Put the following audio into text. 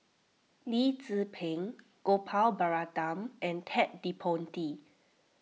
Lee Tzu Pheng Gopal Baratham and Ted De Ponti